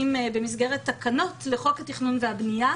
במסגרת תקנות לחוק התכנון והבנייה,